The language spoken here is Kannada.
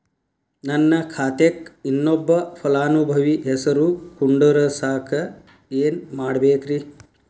ನನ್ನ ಖಾತೆಕ್ ಇನ್ನೊಬ್ಬ ಫಲಾನುಭವಿ ಹೆಸರು ಕುಂಡರಸಾಕ ಏನ್ ಮಾಡ್ಬೇಕ್ರಿ?